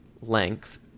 length